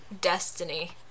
destiny